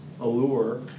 allure